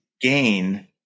gain